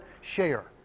Share